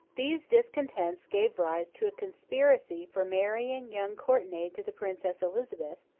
these discontents gave rise to a conspiracy for marrying young courtenay to the princess elizabeth,